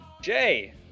Jay